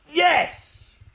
Yes